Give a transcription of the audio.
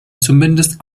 zumindest